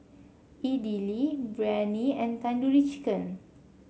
Idili Biryani and Tandoori Chicken